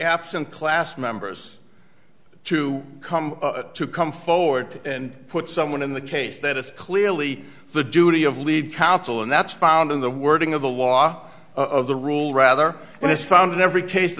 absent class members to come to come forward and put someone in the case that it's clearly the duty of lead counsel and that's found in the wording of the law of the rule rather when it's found in every case the